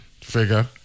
figure